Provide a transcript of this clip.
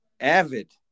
avid